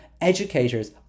educators